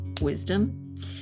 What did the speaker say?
wisdom